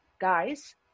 guys